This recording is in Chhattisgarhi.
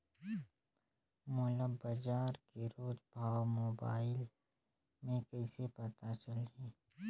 मोला बजार के रोज भाव मोबाइल मे कइसे पता चलही?